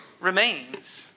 remains